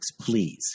please